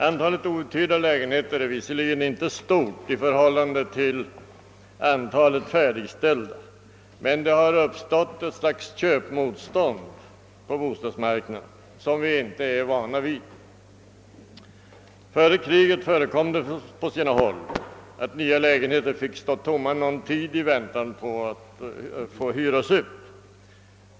Antalet outhyrda lägenheter är visserligen inte stort i förhållande till antalet färdigställda, men det har uppstått ett slags köpmotstånd på bostadsmarknaden som vi inte är vana vid. Under förkrigstiden förekom det på sina håll att nya lägenheter fick stå tomma i väntan på att de kunde hyras ut.